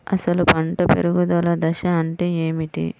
అసలు పంట పెరుగుదల దశ అంటే ఏమిటి?